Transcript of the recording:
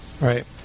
right